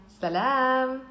salam